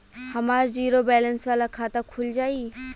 हमार zero balance वाला खाता खुल जाई?